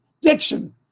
Diction